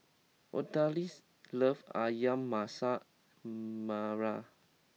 Odalys loves Ayam Masak Merah